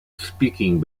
speaking